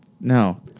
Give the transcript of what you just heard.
no